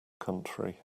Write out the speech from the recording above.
country